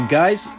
guys